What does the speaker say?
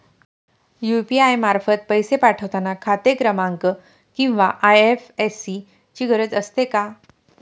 UPI मार्फत पैसे पाठवता खाते क्रमांक किंवा आय.एफ.एस.सी ची गरज असते का?